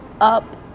up